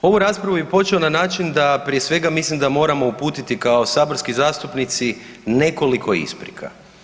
Ovu raspravu bih počeo na način da, prije svega, mislim da moramo uputiti kao saborski zastupnici nekoliko isprika.